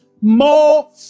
more